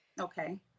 Okay